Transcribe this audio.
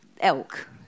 Elk